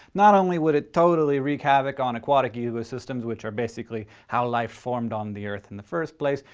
not only would it totally wreak havoc on aquatic ecosystems, which are basically how life formed on the earth in the first place,